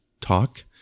talk